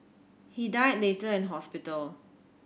he died later in hospital